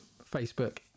Facebook